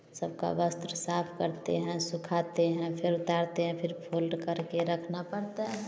सबका वस्त्र साफ़ करते हैं सुखातें हैं फिर उतारते हैं फिर फोल्ड करके रखना पड़ता है